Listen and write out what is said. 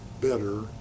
better